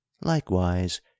Likewise